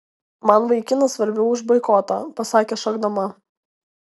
man vaikinas svarbiau už boikotą pasakė šokdama